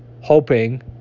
hoping